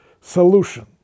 solution